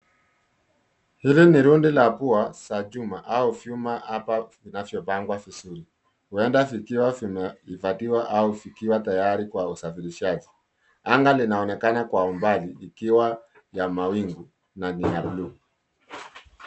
Hili ni rundo la pua za chuma au vyuma hapa vinavyopangwa vizuri huenda vikiwa vimehifadhiwa au vikiwa tayari kwa usafirishaji. Anga linaonekana kwa umbali, likiwa ya mawingu na ni ya bluu.